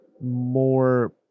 more